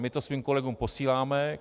My to svým kolegům posíláme.